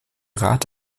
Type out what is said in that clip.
rat